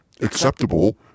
acceptable